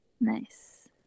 Nice